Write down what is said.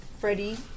Freddie